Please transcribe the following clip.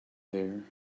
there